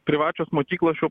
privačios mokyklos šiuo